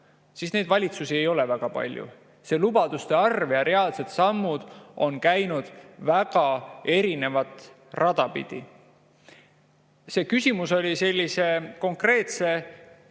sellised valitsusi ei ole väga palju. Lubadused ja reaalsed sammud on käinud väga erinevat rada pidi. See küsimus oli sellise konkreetse